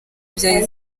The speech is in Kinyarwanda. bya